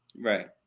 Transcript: Right